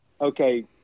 okay